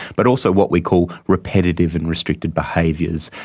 but also what we call repetitive and restricted behaviours,